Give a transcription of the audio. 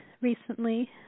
recently